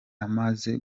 amaze